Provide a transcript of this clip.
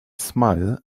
smile